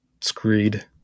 screed